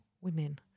women